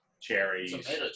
cherries